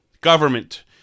government